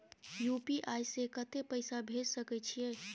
UPI से कत्ते पैसा भेज सके छियै?